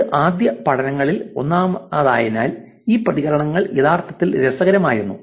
ഇത് ആദ്യ പഠനങ്ങളിൽ ഒന്നായതിനാൽ ഈ പ്രതികരണങ്ങൾ യഥാർത്ഥത്തിൽ രസകരമായിരുന്നു